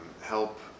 help